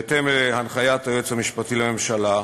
בהתאם להנחיית היועץ המשפטי לממשלה,